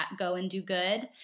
GoAndDoGood